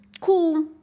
Cool